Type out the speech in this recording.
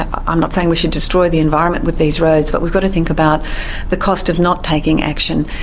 i'm not saying we should destroy the environment with these roads, but we've got to think about the cost of not taking action,